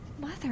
mother